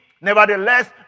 Nevertheless